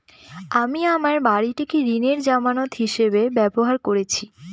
আমি আমার বাড়িটিকে ঋণের জামানত হিসাবে ব্যবহার করেছি